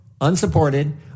unsupported